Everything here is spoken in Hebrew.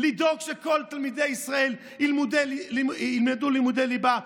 לדאוג שכל תלמידי ישראל ילמדו לימודי ליבה,